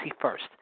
first